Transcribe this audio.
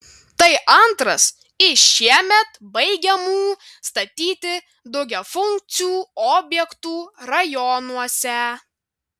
tai antras iš šiemet baigiamų statyti daugiafunkcių objektų rajonuose